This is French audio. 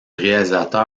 réalisateur